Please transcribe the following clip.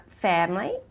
family